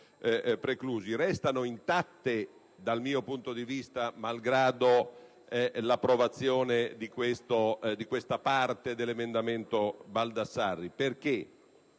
preclusi, restano intatte dal mio punto di vista, malgrado l'approvazione di questa parte dell'emendamento Baldassarri. E ciò